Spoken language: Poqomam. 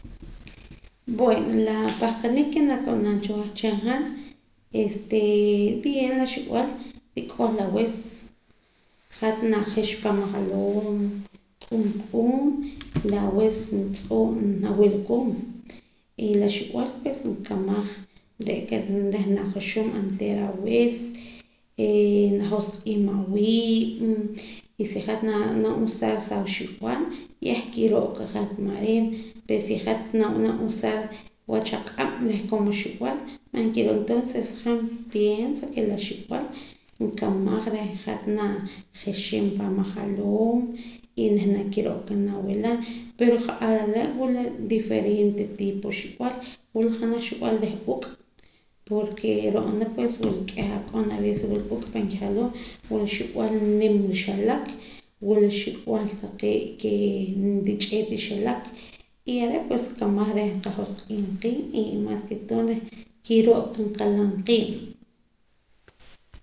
Bueno la pahqanik ke naak ab'anam cha wehchin han bien la xii'b'al nrik'ol awis hat najix pan ajaloom q'uun q'uun la awis tz'oo' nawila koon ee la xii'b'al nkamaj re'ka reh najuxum onteera la awis najosq'iim awiiib' y si hat na'anam usar sa axii'b'al yah kiro'ka hat mareen pero si hat nab'anam usar wach aq'ab' reh como xii'b'al man kiroo ta entonces han pienso ke la xiib'al nkamaj reh hat najixim paam ajaloom y reh kiro'ka nawila pero ja'ar are' wula diferente tipo xii'b'al wula janaj xii'b'al reh uk' porke ro'na pues wula kieh ak'on pues wula uk' pan kijaloom wula xii'b'al nim kixelek wula xii'b'al ke rich'eet rixelek y are' pues nkamaj reh nqajosq'iim qiib' y mas ke todo reh kiro'ka nqilam qiib'